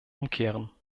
umkehren